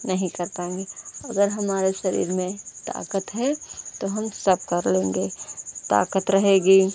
नहीं कर पाएंगे अगर हमारे शरीर में ताकत है तो हम सब कर लेंगे ताकत रहेगी